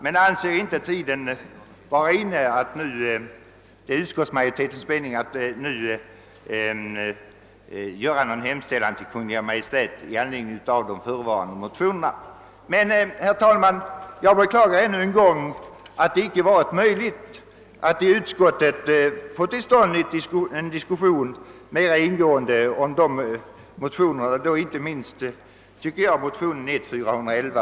Utskottsmajoriteten anser emellertid att tiden inte är inne att nu göra en hemställan till Kungl. Maj:t i anledning av de förevarande motionerna. Jag beklagar ännu en gång att det icke varit möjligt att i utskottet få till stånd en mer ingående diskussion om motionerna. Detta gäller inte minst motionen 1: 411.